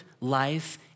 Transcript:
life